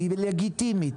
היא לגיטימית.